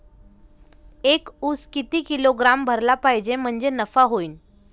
एक उस किती किलोग्रॅम भरला पाहिजे म्हणजे नफा होईन?